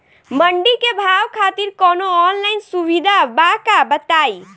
मंडी के भाव खातिर कवनो ऑनलाइन सुविधा बा का बताई?